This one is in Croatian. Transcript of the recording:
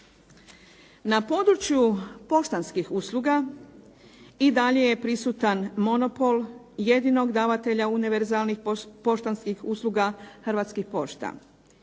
Na području poštanskih usluga i dalje je prisutan monopol jedinog davatelja univerzalnih poštanskih usluga, "Hrvatskih pošta",